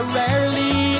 rarely